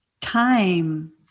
Time